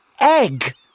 egg